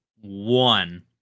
One